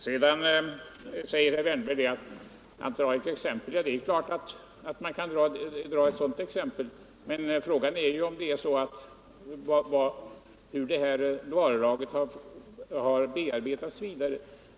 Sedan tar herr Wärnberg ett exempel, och det är klart att man kan göra det, men frågan är ju hur det här varulagret har bearbetats.